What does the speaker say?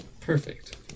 Perfect